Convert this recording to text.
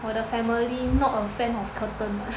我的 family not a fan of curtain